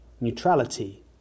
Neutrality